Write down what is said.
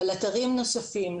אתרים נוספים,